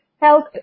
health